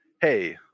hey